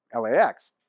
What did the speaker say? LAX